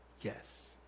yes